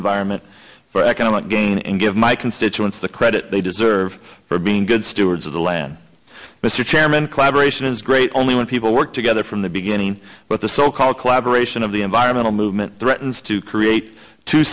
environment for economic gain and give my constituents the credit they deserve for being good stewards of the land mr chairman collaboration is great only when people work together for the beginning with the so called collaboration of the environmental movement threatens to create two